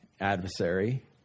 adversary